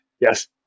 Yes